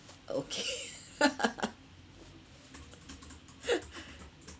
okay